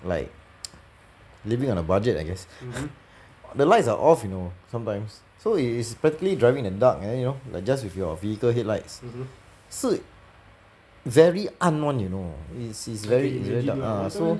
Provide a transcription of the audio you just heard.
like living on a budget I guess the lights are off you know sometimes so it is practically driving in the dark and you know just with your vehicle headlights 是 very 暗 [one] you know is is very is very dark ah so